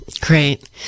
Great